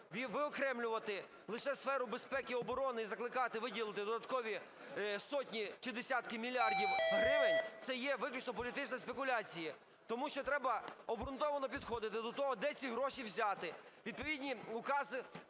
виокремлювати лише сферу безпеки і оборони, і закликати виділити додаткові сотні чи десятки мільярдів гривень – це є виключно політична спекуляція, тому що треба обґрунтовано підходити до того, де ці гроші взяти. Відповідні укази